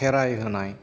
खेराय होनाय